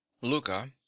luca